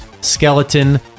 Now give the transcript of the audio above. skeleton